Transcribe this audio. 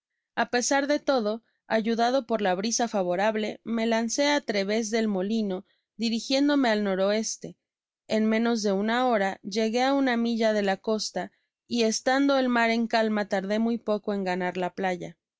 a pesar de todo ayudado por la brisa favorable me lancé á trevés del remolino dirigiéndome al n o en menos de una hora llegué á una milla de la costa y estando el mar en calma tarde muy poco en ganar la playa